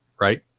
Right